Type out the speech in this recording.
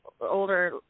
older